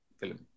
film